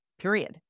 Period